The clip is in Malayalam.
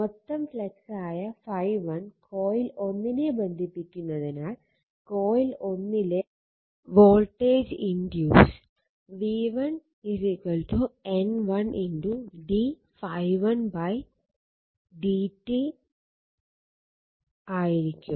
മൊത്തം ഫ്ളക്സായ ∅1കോയിൽ 1 നെ ബന്ധിപ്പിക്കുന്നതിനാൽ കോയിൽ 1 ലെ voltage induce v1 N 1 d ∅1 dt ആയിരിക്കും